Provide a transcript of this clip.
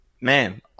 man—